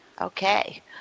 Okay